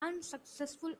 unsuccessful